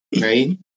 Right